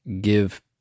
give